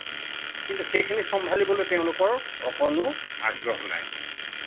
কিন্তু সেইখিনি চম্ভালিবলৈ তেওঁলোকৰ অকণো আগ্ৰহ নাই